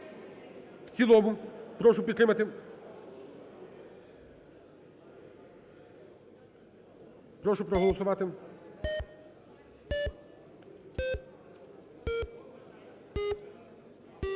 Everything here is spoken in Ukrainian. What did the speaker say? в цілому. Прошу підтримати. Прошу проголосувати.